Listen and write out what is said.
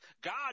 God